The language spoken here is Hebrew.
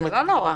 זה לא נורא.